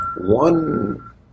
one